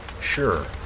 sure